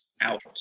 out